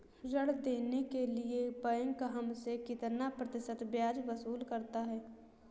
ऋण देने के लिए बैंक हमसे कितना प्रतिशत ब्याज वसूल करता है?